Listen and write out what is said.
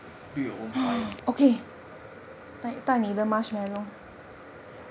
build your own fire